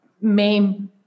main